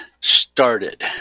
started